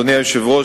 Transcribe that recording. אדוני היושב-ראש,